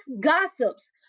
gossips